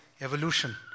evolution